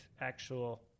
actual